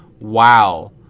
wow